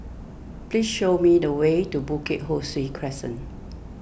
please show me the way to Bukit Ho Swee Crescent